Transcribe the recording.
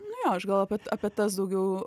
nu jo aš gal api apie tas daugiau